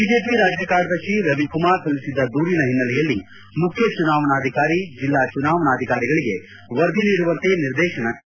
BJP ರಾಜ್ಯಕಾರ್ಯದರ್ಶಿ ರವಿಕುಮಾರ್ ಅವರು ಸಲ್ಲಿಸಿದ್ದ ದೂರಿನ ಹಿನ್ನೆಲೆಯಲ್ಲಿ ಮುಖ್ಯ ಚುನಾವಣಾಧಿಕಾರಿ ಜಿಲ್ಲಾ ಚುನಾವಣಾಧಿಕಾರಿಗಳಿಗೆ ವರದಿ ನೀಡುವಂತೆ ನಿರ್ದೇಶನ ನೀಡಿದ್ದರು